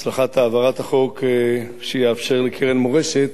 הצלחת העברת החוק שיאפשר לרשת "מורשת"